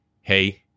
Hey